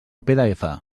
pdf